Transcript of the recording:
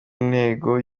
intego